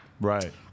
Right